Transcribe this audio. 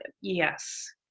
Yes